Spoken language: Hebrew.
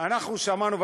אנחנו שמענו,